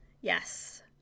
yes